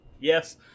Yes